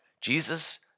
Jesus